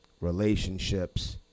relationships